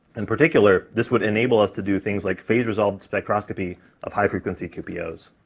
in particular, this would enable us to do things like phase resolved spectroscopy of high frequency qpos,